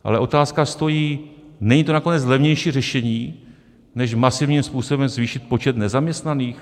Ale otázka stojí: Není to nakonec levnější řešení než masivním způsobem zvýšit počet nezaměstnaných?